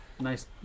nice